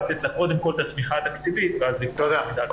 לתת לה קודם כל את התמיכה התקציבית ואז ל --- תודה.